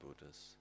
Buddhas